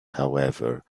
however